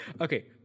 Okay